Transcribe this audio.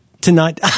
tonight